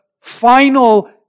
final